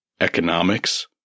economics